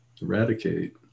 eradicate